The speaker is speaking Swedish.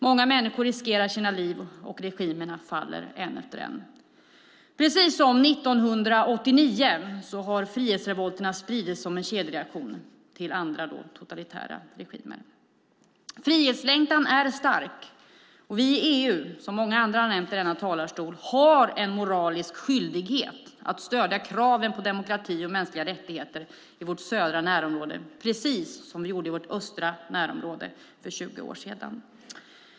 Många människor riskerar sina liv, och regimerna faller en efter en. Precis som 1989 har frihetsrevolterna spridits som en kedjereaktion till andra totalitära regimer. Frihetslängtan är stark. Och vi i EU har, som många andra har nämnt i denna talarstol, en moralisk skyldighet att stödja kraven på demokrati och mänskliga rättigheter i vårt södra närområde, precis som vi gjorde i vårt östra närområde för 20 år sedan.